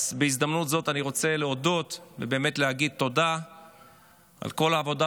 אז בהזדמנות זאת אני רוצה להודות ובאמת להגיד תודה על כל העבודה,